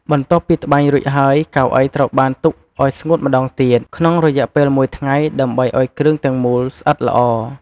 បន្ទាប់ពីត្បាញរួចហើយ កៅអីត្រូវបានទុកឲ្យស្ងួតម្តងទៀត ក្នុងរយៈពេលមួយថ្ងៃដើម្បីឲ្យគ្រឿងទាំងមូលស្អិតល្អ។